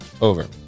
Over